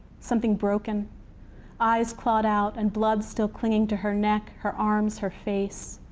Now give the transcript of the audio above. something broken eyes clawed out, and blood still clinging to her neck, her arms, her face.